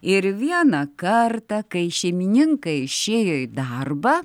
ir vieną kartą kai šeimininkai išėjo į darbą